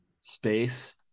space